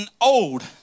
old